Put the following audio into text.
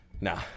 Nah